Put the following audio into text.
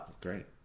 great